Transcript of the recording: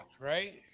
Right